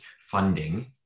funding